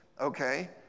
okay